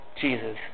Jesus